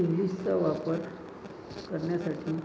इंग्लिशचा वापर करण्यासाठी